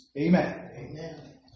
Amen